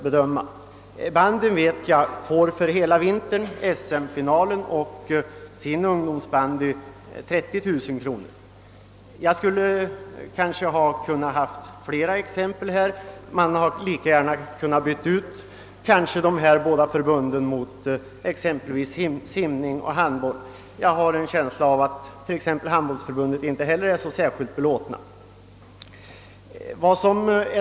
Beträffande bandyn vet jag att den för hela vintern — SM-finalen och ungdomsbandyn — får 30 000 kronor. Jag kunde ha lämnat fler exempel — jag hade lika gärna kunnat byta ut de båda nämnda idrottsgrenarna mot låt mig säga simning och handboll. Jag har en känsla av att t.ex. Handbollförbundet inte är så särskilt belåtet.